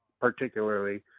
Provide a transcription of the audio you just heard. particularly